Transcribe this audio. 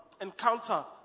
encounter